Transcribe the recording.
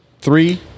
three